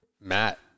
Matt